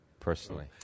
personally